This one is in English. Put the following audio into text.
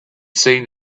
seemed